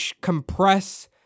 compress